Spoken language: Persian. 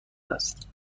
است